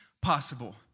possible